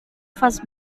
vas